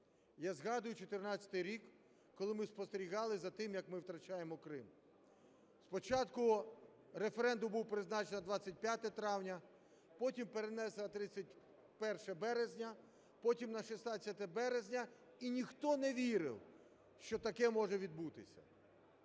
Я згадую 14-й рік, коли ми спостерігали за тим, як ми втрачаємо Крим: спочатку референдум був призначений на 25 травня, потім перенесли на 31 березня, потім на 16 березня, і ніхто не вірив, що таке може відбутися.